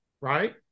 right